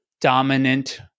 dominant